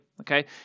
okay